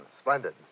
Splendid